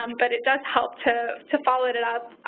um but it does help to to follow it it up.